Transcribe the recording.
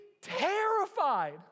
terrified